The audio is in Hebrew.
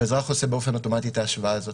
והאזרח עושה באופן אוטומטי את ההשוואה הזאת.